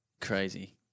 crazy